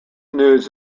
news